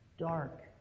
dark